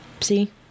see